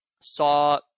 saw